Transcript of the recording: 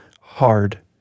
hard